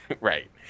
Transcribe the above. Right